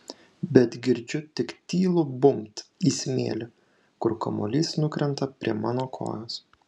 bet girdžiu tik tylų bumbt į smėlį kur kamuolys nukrenta prie mano kojos